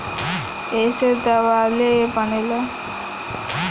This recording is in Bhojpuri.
ऐइसे दवाइयो बनेला